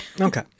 Okay